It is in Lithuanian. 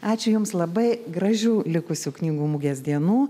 ačiū jums labai gražių likusių knygų mugės dienų